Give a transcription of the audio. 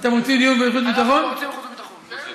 אנחנו רוצים חוץ וביטחון.